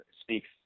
speaks